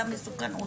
ממשיכים.